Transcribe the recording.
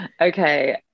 Okay